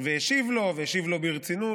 והשיב לו, והשיב לו ברצינות.